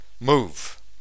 Move